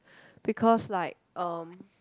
because like um